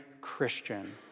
Christian